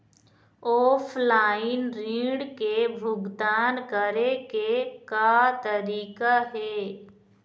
Offline ऋण के भुगतान करे के का तरीका हे?